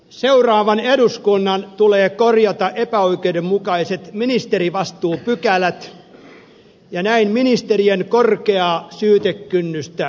seuraavan eduskunnan tulee korjata epäoikeudenmukaiset ministerivastuupykälät ja näin ministerien korkeaa syytekynnystä alentaa